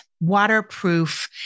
waterproof